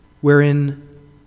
wherein